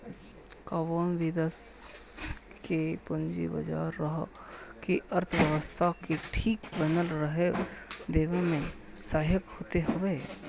कवनो भी देस के पूंजी बाजार उहा के अर्थव्यवस्था के ठीक बनल रहे देवे में सहायक होत हवे